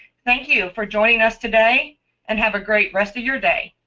thank you for joining us today and have a great rest of your day.